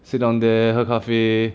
sit down there 喝咖啡